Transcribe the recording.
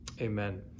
Amen